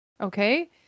Okay